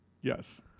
Yes